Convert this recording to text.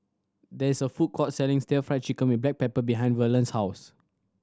there is a food court selling still Fried Chicken with black pepper behind Verlon's house